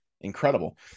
incredible